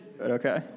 okay